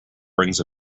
brings